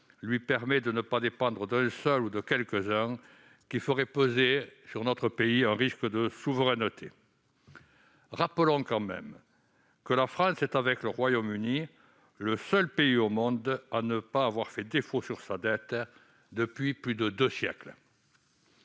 lui permet de ne pas dépendre d'un seul ou de quelques-uns qui feraient peser sur notre pays un risque pour sa souveraineté. Rappelons néanmoins que la France est, avec le Royaume-Uni, le seul pays au monde à ne pas avoir fait défaut sur sa dette depuis plus de deux siècles.